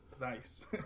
Nice